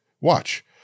Watch